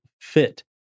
fit